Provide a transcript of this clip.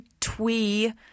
twee